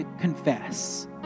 confess